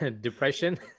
Depression